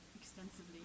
extensively